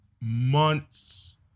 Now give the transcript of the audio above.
months